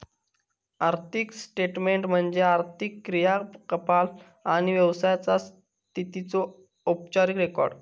आर्थिक स्टेटमेन्ट म्हणजे आर्थिक क्रियाकलाप आणि व्यवसायाचा स्थितीचो औपचारिक रेकॉर्ड